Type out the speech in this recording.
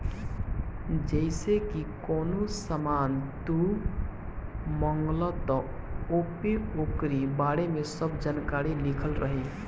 जइसे की कवनो सामान तू मंगवल त ओपे ओकरी बारे में सब जानकारी लिखल रहि